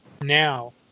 now